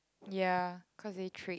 ya cause it trait